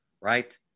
right